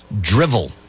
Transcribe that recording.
drivel